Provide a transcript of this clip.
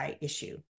issue